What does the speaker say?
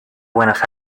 buenos